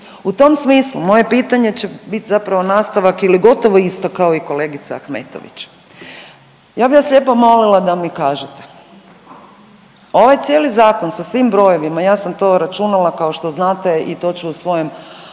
U tom smislu moje pitanje će bit zapravo nastavak ili gotovo isto kao i kolegica Ahmetović. Ja bih vas lijepo molila da mi kažete ovaj cijeli zakon sa svim brojevima ja sam to računala kao što znate i to ću u svojoj